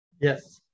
Yes